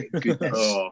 goodness